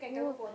oo